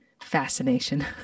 fascination